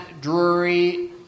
Drury